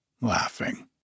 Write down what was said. laughing